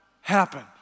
happen